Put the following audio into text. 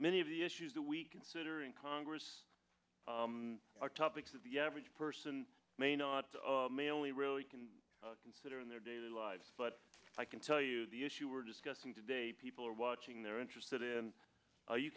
many of the issues that we consider in congress are topics of the average person may not may only really can consider in their daily lives but i can tell you the issue we're discussing today people are watching they're interested in